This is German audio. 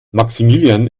maximilian